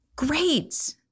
Great